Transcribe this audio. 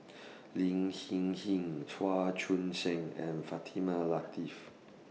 Lin Hsin Hsin Chua Joon Siang and Fatimah Lateef